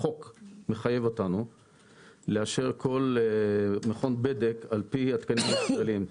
החוק מחייב אותנו לאשר כל מכון בדק על פי התקנים הישראליים.